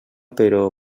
però